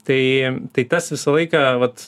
tai tai tas visą laiką vat